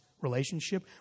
relationship